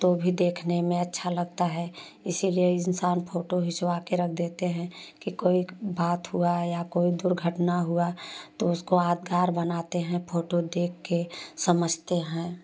तो भी देखने में अच्छा लगता है इसीलिए इंसान फ़ोटो खिंचवाकर रख देते हैं कि कोई बात हुआ या कोई दुर्घटना हुआ तो उसको यादगार बनाते हैं फ़ोटो देखकर समझते हैं